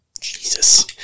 Jesus